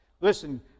Listen